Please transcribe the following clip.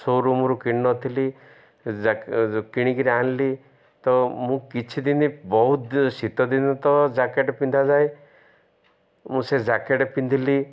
ସୋରୁମ୍ରୁ କିଣନଥିଲି କିଣିକିରି ଆଣିଲି ତ ମୁଁ କିଛି ଦିନ ବହୁତ ଶୀତ ଦିନ ତ ଜ୍ୟାକେଟ୍ ପିନ୍ଧାଯାଏ ମୁଁ ସେ ଜ୍ୟାକେଟ୍ ପିନ୍ଧିଲି